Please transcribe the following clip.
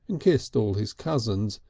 and kissed all his cousins,